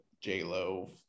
j-lo